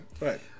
Right